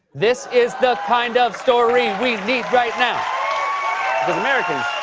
this is the kind of story we need right now. cause americans.